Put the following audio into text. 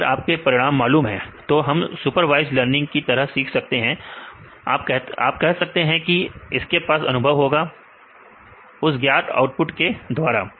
अगर आप को परिणाम मालूम है तो फिर हम सुपरवाइज्ड लर्निंग की तरह सीख सकते हैं आप कह सकते हैं कि इसके पास अनुभव होगा उस ज्ञात आउटपुट के द्वारा